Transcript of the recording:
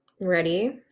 Ready